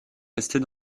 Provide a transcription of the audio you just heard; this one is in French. restée